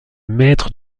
maître